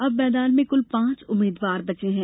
अब मैदान में कृल पांच उम्मीदवार बचे हैं